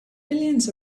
millions